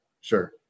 sure